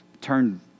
turn